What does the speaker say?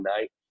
night